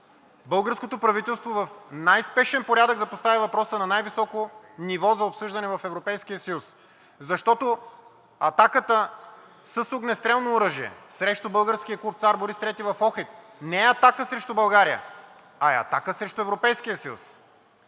българското правителство в най-спешен порядък да постави въпроса на най високо ниво за обсъждане в Европейския съюз, защото атаката с огнестрелно оръжие срещу българския клуб „Цар Борис III“ в Охрид не е атака срещу България, а е атака срещу Европейския съюз,